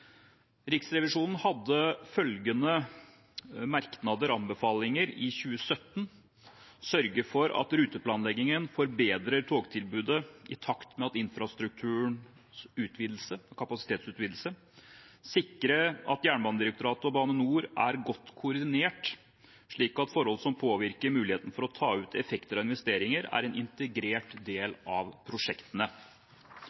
Riksrevisjonen hadde følgende merknader og anbefalinger i 2017: sørge for at ruteplanleggingen forbedrer togtilbudet i takt med infrastrukturens kapasitetsutvidelse sikre at Jernbanedirektoratet og Bane NOR er godt koordinert, slik at forhold som påvirker muligheten for å ta ut effekter av investeringer, er en integrert del